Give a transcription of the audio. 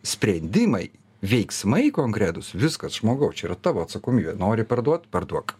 sprendimai veiksmai konkretūs viskas žmogau čia yra tavo atsakomybė nori parduot parduok